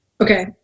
Okay